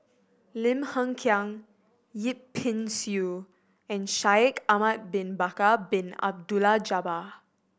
Lim Hng Kiang Yip Pin Xiu and Shaikh Ahmad Bin Bakar Bin Abdullah Jabbar